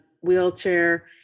wheelchair